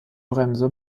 bremse